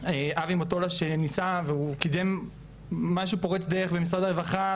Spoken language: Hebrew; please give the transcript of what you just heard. אבי מוטולה שניסה והוא קידם משהו פורץ דרך במשרד הרווחה,